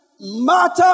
matter